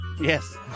Yes